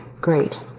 great